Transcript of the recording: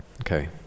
Okay